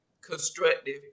constructive